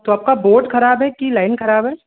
तो आपका बोर्ड ख़राब हैं कि लाइन ख़राब है